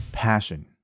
passion